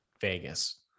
Vegas